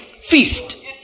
Feast